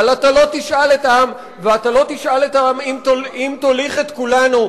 ואתה לא תשאל את העם אם תוליך את כולנו,